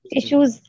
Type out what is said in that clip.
issues